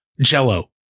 jello